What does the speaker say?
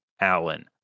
Allen